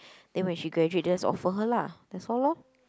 then when she graduate just offer her lah that's all lor